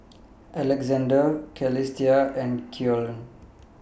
Alexander Celestia and Keion